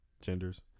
Genders